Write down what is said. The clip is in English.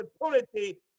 opportunity